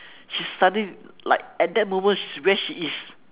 she studied like at that moment where she is